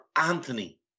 Anthony